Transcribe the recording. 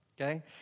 Okay